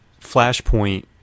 Flashpoint